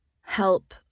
Help